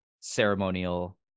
ceremonial